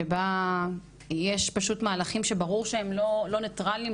שבה יש תהליכים שברור שהם לא ניטרליים,